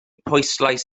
pwyslais